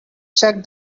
check